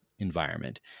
environment